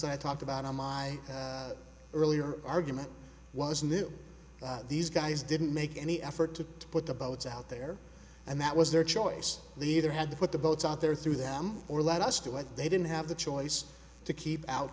that i talked about on my earlier argument was new these guys didn't make any effort to put the boats out there and that was their choice the either had to put the boats out there through them or let us do it they didn't have the choice to keep out